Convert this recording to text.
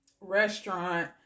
restaurant